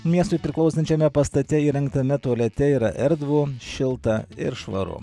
miestui priklausančiame pastate įrengtame tualete yra erdvu šilta ir švaru